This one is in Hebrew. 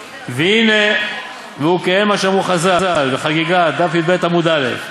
והנה והוא כעין מה שאמרו חז"ל בחגיגה דף י"ב עמוד א'